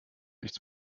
nichts